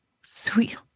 sweet